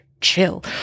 chill